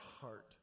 heart